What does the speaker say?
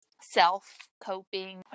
self-coping